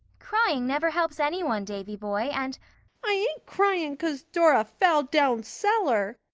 crying never helps any one, davy-boy, and i ain't crying cause dora fell down cellar,